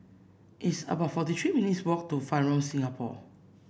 it's about forty three minutes' walk to Fairmont Singapore